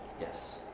Yes